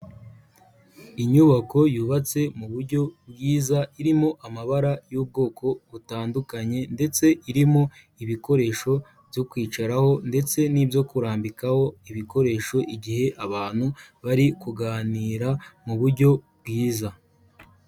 Inyubako yubatse mu buryo bwiza, irimo amabara y'ubwoko butandukanye ndetse irimo ibikoresho byo kwicaraho ndetse n'ibyo kurambikaho ibikoresho igihe abantu bari kuganira mu buryo bwiza.